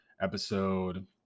episode